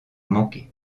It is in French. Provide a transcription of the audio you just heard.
manqué